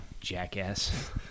jackass